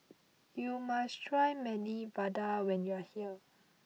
you must try Medu Vada when you are here